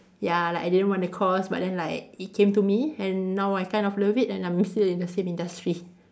ya like I didn't want the course but then like it came to me and now I kind of love it and I'm still in the same industry